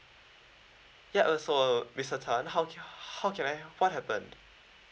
yeah oh so mister tan how how can I what happened